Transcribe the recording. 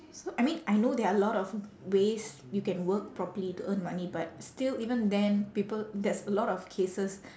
so I mean I know there are a lot of ways you can work properly to earn money but still even then people there's a lot of cases